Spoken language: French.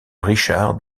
richard